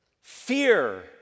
fear